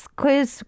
quiz